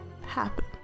happen